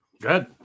Good